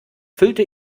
füllte